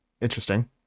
interesting